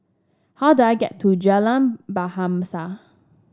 how do I get to Jalan Bahasa